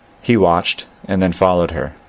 he watched, and then followed her.